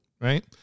right